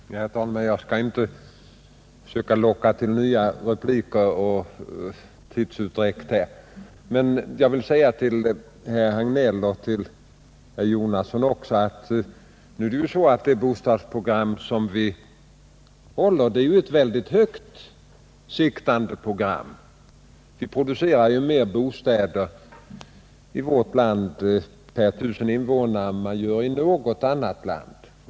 Herr talman! Jag skall inte försöka locka till nya repliker och ökad tidsutdräkt. Jag vill till herr Hagnell och även till herr Jonasson säga att det bostadsprogram som vi håller är ett väldigt högt siktande program. Vi producerar ju flera bostäder i vårt land per tusen invånare än man gör i något annat land.